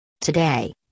Today